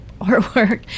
artwork